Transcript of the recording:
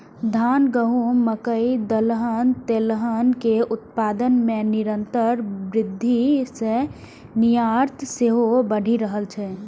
धान, गहूम, मकइ, दलहन, तेलहन के उत्पादन मे निरंतर वृद्धि सं निर्यात सेहो बढ़ि रहल छै